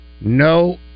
No